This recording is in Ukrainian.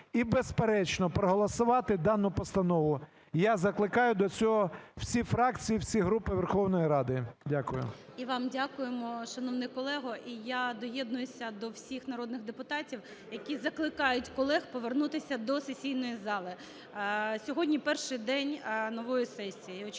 і, безперечно, проголосувати дану постанову. Я закликаю до цього всі фракції, всі групи Верховної Ради. Дякую. ГОЛОВУЮЧИЙ. І вам дякуємо, шановний колего. І ядоєднуюся до всіх народних депутатів, які закликають колег повернутися до сесійної зали. Сьогодні перший день нової сесії,